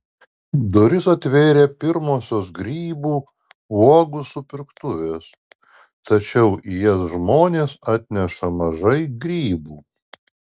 duris atvėrė pirmosios grybų uogų supirktuvės tačiau į jas žmonės atneša mažai grybų